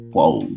Whoa